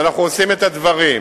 ואנחנו עושים את הדברים.